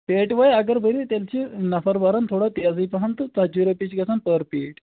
پیٹِوَے اَگر بٔرِو تیٚلہِ چھِ نَفر بَران تھوڑا تیزٕے پَہم تہٕ ژَتجی رۄپیہِ چھِ گژھان پٔر پیٖٹۍ